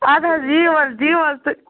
اَدٕ حظ یِیِو حظ دِیِیِو حظ تُہۍ